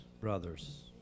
brothers